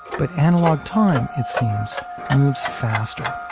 but analog time, it seems, it moves faster.